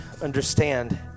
understand